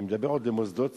אני מדבר על מוסדות ציבור.